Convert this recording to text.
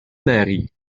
ماري